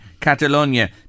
Catalonia